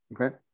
okay